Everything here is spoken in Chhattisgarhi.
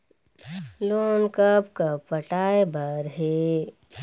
लोन कब कब पटाए बर हे?